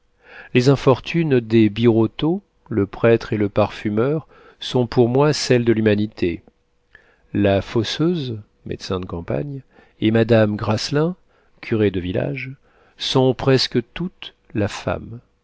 les infortunes des birotteau le prêtre et le parfumeur sont pour moi celles de l'humanité la fosseuse médecin de campagne et madame graslin curé de village sont presque toute la femme